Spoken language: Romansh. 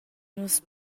nus